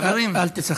אל תיסחף.